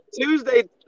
Tuesday